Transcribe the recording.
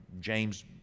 James